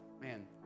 man